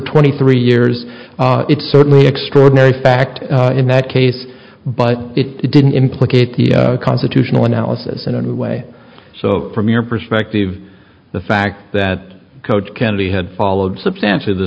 twenty three years it's certainly extraordinary fact in that case but it didn't implicate the constitutional analysis and anyway so from your perspective the fact that coach kennedy had followed substantially the